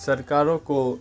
سرکاروں کو